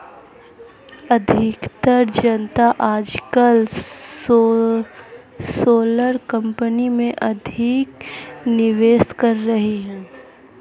अधिकतर जनता आजकल सोलर कंपनी में अधिक निवेश कर रही है